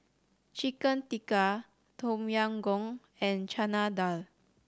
Chicken Tikka Tom Yam Goong and Chana Dal